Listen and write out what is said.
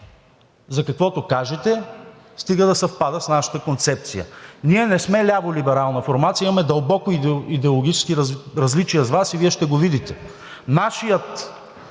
за каквото кажете, стига да съвпада с нашата концепция. Ние не сме ляво-либерална формация, имаме дълбоки идеологически различия с Вас и Вие ще го видите.